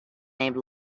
named